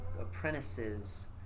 apprentices